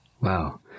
Wow